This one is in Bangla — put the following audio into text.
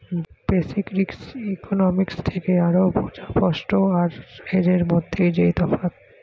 বেসিক রিস্ক ইকনোমিক্স থেকে বোঝা স্পট আর হেজের মধ্যে যেই তফাৎ